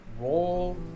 Roll